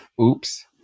Oops